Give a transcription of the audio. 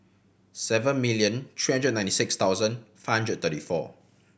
seven million three hundred and ninety six thousand five hundred thirty four